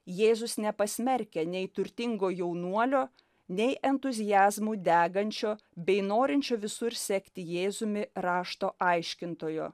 jėzus nepasmerkia nei turtingo jaunuolio nei entuziazmo degančio bei norinčio visur sekti jėzumi rašto aiškintojo